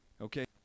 Okay